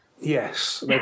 Yes